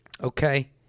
okay